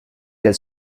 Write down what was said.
del